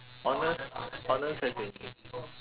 honest honest as in